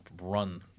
run